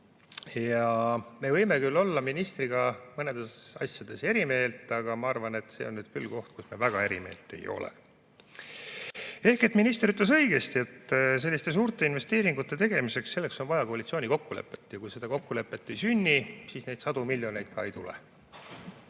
Me võime küll olla ministriga mõnedes asjades eri meelt, aga ma arvan, et see on nüüd küll koht, kus me väga eri meelt ei ole. Ehk minister ütles õigesti, et selliste suurte investeeringute tegemiseks on vaja koalitsiooni kokkulepet ja kui seda kokkulepet ei sünni, siis neid sadu miljoneid ka ei tule. Ma